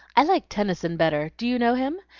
i like tennyson better. do you know him?